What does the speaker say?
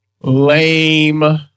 Lame